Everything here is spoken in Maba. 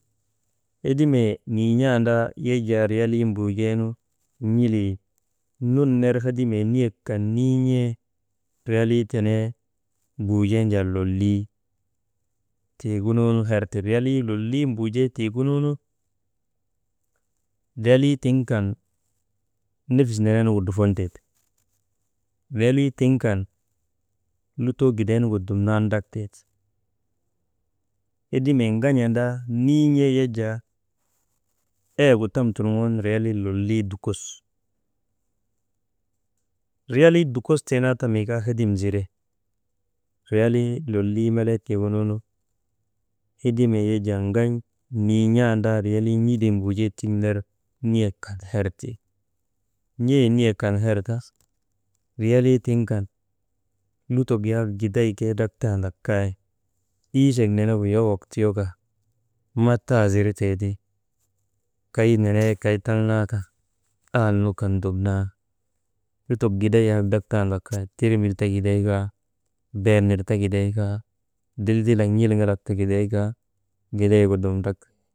Hedimee niin̰andaa yak jaa riyalii mbuujeenu n̰ilii nun ner, hedimee niyek kan niin̰ee riyalii tene mbujeen jaa lolii tiigunu herti, riyalii loliii mbujee tiigununu riyalii tiŋ kan nefis neneenugu drufontee ti, riyalii tiŋ kan lutoo gidaynugu dumnan drak tee ti, hedimee ŋan̰andaa niin̰ee yak jaa eyegu tam turŋoonu riyalii lolii dukostee naa ta mii kaa hedim zire, riyalii lolii melee tiigununu, hedimee yak jaa ŋan nin̰aandaa riyalii n̰ilii mbuujee tiŋ ner niyek kan her ti. N̰ee niyek kan her ta, riyalii tiŋ kan lutok yak giday ke drak taandak kay, iichek nenegu yowok tiyoka matta ziretee ti, kay nenee kay taŋ naa kan, ahal nu kan dumnan lutok giday yak drak tandak kay timil ta giday kaa, beer nir ta giday kaa, dildilak n̰ilik ta giday kaa gidaygu dum drak.